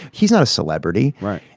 he's not a celebrity. right.